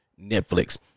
Netflix